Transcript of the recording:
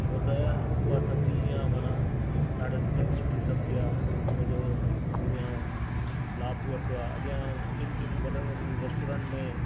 छो त उहा सब्जी ईअं आहे माना ॾाढो सुठे में सुठी सब्ज़ी आहे हुन जो दुनिया लाभ बि वरितो आहे अॻियां किनि किनि वॾनि वॾनि रैस्टोरैंट में